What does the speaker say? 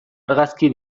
argazki